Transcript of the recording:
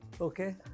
okay